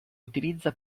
utilizza